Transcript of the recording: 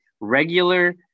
regular